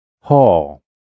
hall